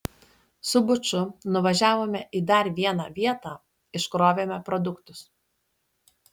su buču nuvažiavome į dar vieną vietą iškrovėme produktus